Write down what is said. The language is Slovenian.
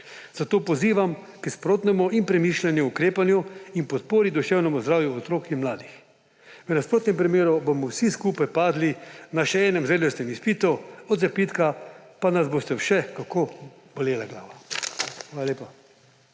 Zato pozivam k sprotnemu in premišljenemu ukrepanju in podpori duševnemu zdravju otrok in mladih. V nasprotnem primeru bomo vsi skupaj padli na še enem zrelostnem izpitu, od zapitka pa nas bo še kako bolela glava. Hvala lepa.